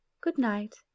good-night